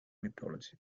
mythology